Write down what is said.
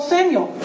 Samuel